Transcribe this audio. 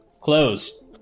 close